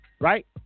Right